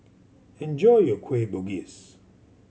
enjoy your Kueh Bugis